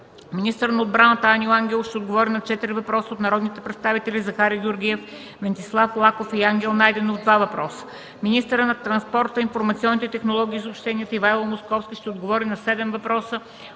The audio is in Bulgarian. Министърът на отбраната Аню Ангелов ще отговори на четири въпроса от народните представители Захари Георгиев, Венцислав Лаков, и Ангел Найденов (два въпроса). 8. Министърът транспорта, информационните технологии и съобщенията Ивайло Московски ще отговори на седем въпроса